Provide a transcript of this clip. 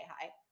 hi